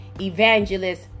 evangelist